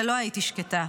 ולא הייתי שקטה.